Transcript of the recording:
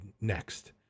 next